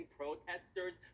protesters